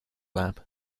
lab